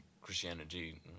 Christianity